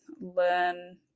learn